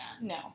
No